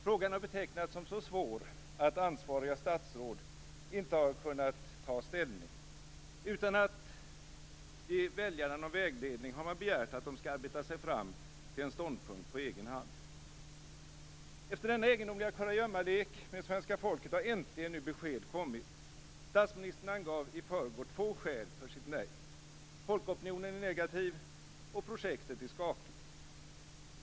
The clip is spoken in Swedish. Frågan har betecknats som så svår att ansvariga statsråd inte har kunnat ta ställning. Utan att ge väljarna någon vägledning har man begärt att de skall arbeta sig fram till en ståndpunkt på egen hand. Efter denna egendomliga kurragömmalek med svenska folket har äntligen besked kommit. Statsministern angav i förrgår två skäl för sitt nej: Folkopinionen är negativ och projektet är skakigt.